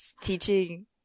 teaching